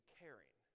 caring